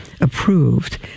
approved